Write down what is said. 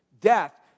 death